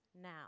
now